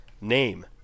Name